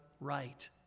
right